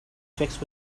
fixed